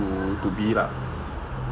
to to be lah